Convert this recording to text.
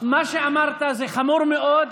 מה שאמרת זה חמור מאוד.